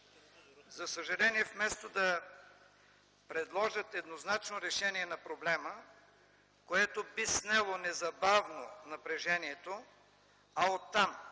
За съжаление вместо да предложат еднозначно решение на проблема, което би снело незабавно напрежението, а оттам